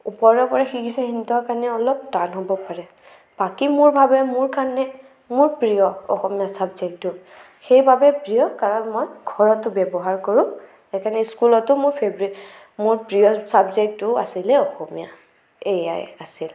ওপৰে ওপৰে শিকিছে সিহঁতৰ কাৰণে অলপ টান হ'ব পাৰে বাকী মোৰ ভাবে মোৰ কাৰণে মোৰ প্ৰিয় অসমীয়া চাবজেক্টটো সেইবাবে প্ৰিয় কাৰণ মই ঘৰতো ব্য়ৱহাৰ কৰোঁ সেইকাৰণে স্কুলতো মোৰ ফেভৰেট মোৰ প্ৰিয় চাবজেক্টটোও আছিলে অসমীয়া এয়াই আছিল